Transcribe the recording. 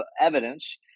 evidence